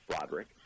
Roderick